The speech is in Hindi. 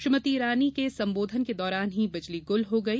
श्रीमती इरानी के संबोधन के दौरान ही बिजली गुल हो गई